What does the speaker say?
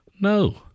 No